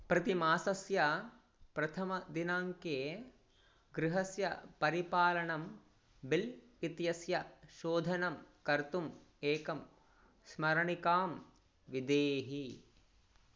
प्रतिमासस्य प्रथमदिनाङ्के गृहस्य परिपालनं बिल् इत्यस्य शोधनं कर्तुम् एकां स्मरणिकां विदेहि